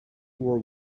were